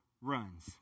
runs